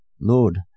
Lord